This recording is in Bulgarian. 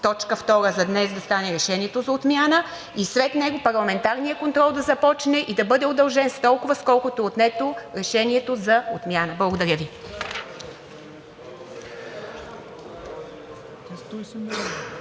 – т. 2 за днес да стане Решението за отмяна, след него парламентарният контрол да започне и да бъде удължен с толкова, колкото време е отнето за Решението за отмяна. Благодаря Ви.